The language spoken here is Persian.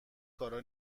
کارا